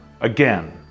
again